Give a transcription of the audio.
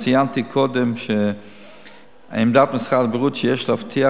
ציינתי קודם שעמדת משרד הבריאות היא שיש להבטיח